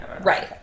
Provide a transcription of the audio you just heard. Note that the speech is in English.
Right